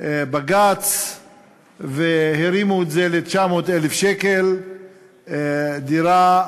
בג"ץ והרימו את זה ל-900,000 שקל לדירה,